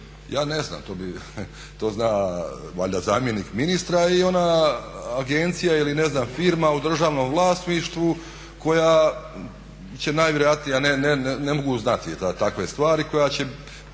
ja ne znam to zna valjda zamjenik ministra i ona agencija ili ne znam firma u državnom vlasništvu koja će najvjerojatnije, ja ne mogu znati takve stvari, koja će